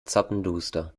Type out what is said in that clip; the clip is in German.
zappenduster